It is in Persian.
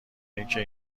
اینکه